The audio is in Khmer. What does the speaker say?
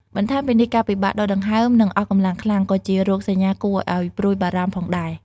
បន្ថែមពីនេះ ការពិបាកដកដង្ហើម និង អស់កម្លាំងខ្លាំង ក៏ជារោគសញ្ញាគួរឱ្យព្រួយបារម្ភផងដែរ។